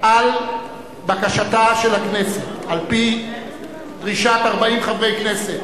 על בקשתה של הכנסת, על-פי דרישת 40 חברי כנסת,